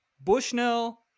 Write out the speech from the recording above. Bushnell